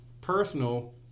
personal